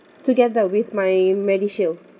together with my medishield